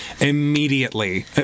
immediately